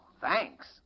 thanks